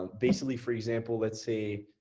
basically for example. let's say